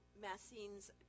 Massine's